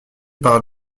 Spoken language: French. par